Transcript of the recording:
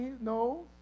no